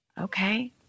okay